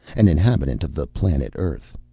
an inhabitant of the planet earth.